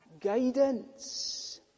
guidance